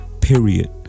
period